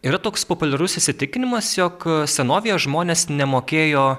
yra toks populiarus įsitikinimas jog senovėje žmonės nemokėjo